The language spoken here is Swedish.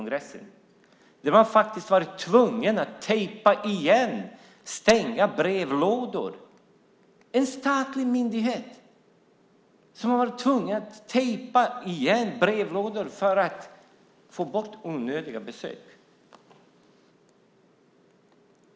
Försäkringskassan har faktiskt varit tvungen att tejpa igen och stänga brevlådor - en statlig myndighet som har varit tvungna att tejpa igen brevlådor för att få bort onödiga besök!